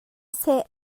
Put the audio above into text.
seh